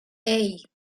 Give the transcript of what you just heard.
hey